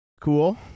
Cool